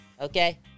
Okay